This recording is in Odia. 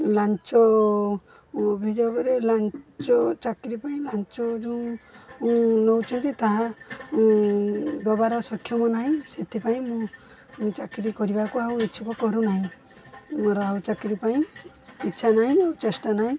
ଲାଞ୍ଚ ଅଭିଯୋଗରେ ଲାଞ୍ଚ ଚାକିରି ପାଇଁ ଲାଞ୍ଚ ଯେଉଁ ନେଉଛନ୍ତି ତାହା ଦେବାର ସକ୍ଷମ ନାହିଁ ସେଥିପାଇଁ ମୁଁ ଚାକିରି କରିବାକୁ ଆଉ ଇଛୁକ କରୁନାହିଁ ମୋର ଆଉ ଚାକିରି ପାଇଁ ଇଚ୍ଛା ନାହିଁ ଆଉ ଚେଷ୍ଟା ନାହିଁ